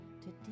today